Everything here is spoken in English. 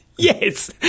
yes